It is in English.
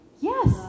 Yes